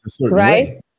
right